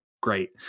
great